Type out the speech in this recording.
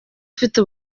ufite